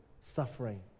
suffering